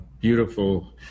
beautiful